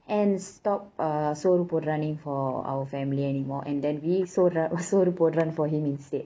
and stop uh soru போட்ரானி:soru podraani for our family anymore and then we soru போட்றான்:soru podraan for him instead